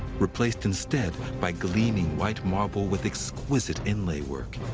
replaced instead by gleaming white marble with exquisite inlay work.